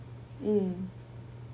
mm